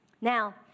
Now